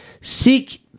seek